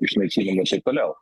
išnaikinimu ir taip toliau